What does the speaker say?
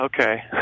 okay